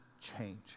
change